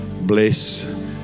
bless